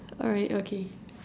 alright okay